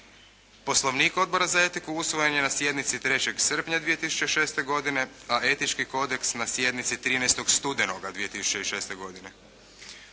Poslovnik Odbora za etiku usvojen je na sjednici 3. srpnja 2006. godine, a etički kodeks na sjednici 13. studenoga 2006. godine.